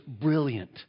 brilliant